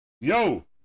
Yo